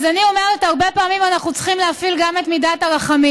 אני אומרת הרבה פעמים אנחנו צריכים להפעיל גם את מידת הרחמים.